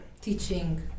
teaching